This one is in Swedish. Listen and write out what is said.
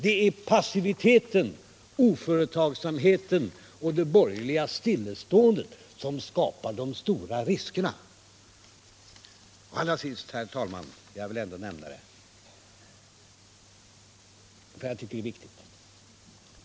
Det är passiviteten, oföretagsamheten och det borgerliga stillaståendet som skapar de stora riskerna. Allra sist, herr talman, vill jag ta upp en sak, eftersom jag tycker att den är viktig.